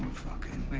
fuckin'. wait.